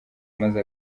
maze